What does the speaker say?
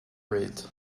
rate